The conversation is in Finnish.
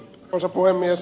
arvoisa puhemies